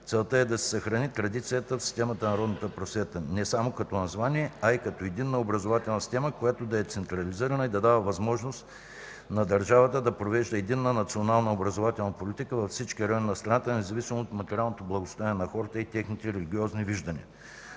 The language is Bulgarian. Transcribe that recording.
Целта е да се съхрани традицията в системата на народната просвета, не само като название, а и като единна образователна система, която да е централизирана и да дава възможност на държавата да провежда единна национална образователна политика във всички райони на страната, независимо от материалното благосъстояние на хората и техните религиозни виждания.